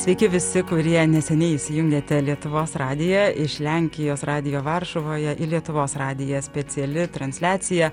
sveiki visi kurie neseniai įsijungėte lietuvos radiją iš lenkijos radijo varšuvoje į lietuvos radiją speciali transliacija